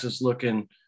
looking